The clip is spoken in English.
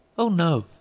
oh no,